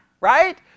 right